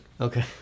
Okay